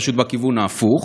פשוט בכיוון ההפוך.